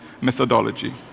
methodology